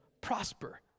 prosper